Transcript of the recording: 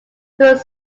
through